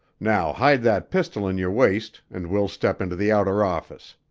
now hide that pistol in your waist and we'll step into the outer office.